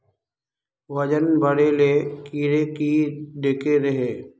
वजन बढे ले कीड़े की देके रहे?